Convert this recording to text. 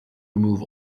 remove